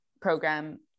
program